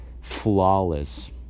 flawless